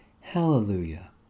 Hallelujah